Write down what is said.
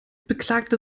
beklagte